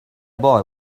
boy